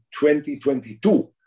2022